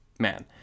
man